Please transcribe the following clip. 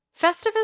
Festivus